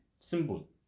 Simple